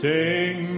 Sing